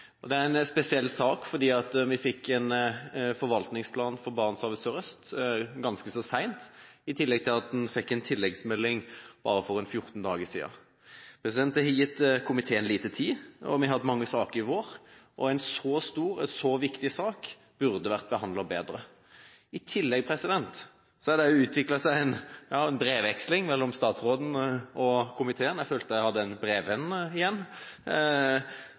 området. Det er en spesiell sak fordi vi fikk en forvaltningsplan for Barentshavet sørøst ganske så sent, i tillegg til at en fikk en tilleggsmelding for bare 14 dager siden. Det har gitt komiteen lite tid. Vi har hatt mange saker i vår, og en så stor og så viktig sak burde vært behandlet bedre. I tillegg har det utviklet seg en brevveksling mellom statsråden og komiteen – jeg følte jeg hadde en brevvenn igjen – og gjennom den